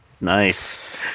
Nice